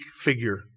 figure